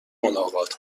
ملاقات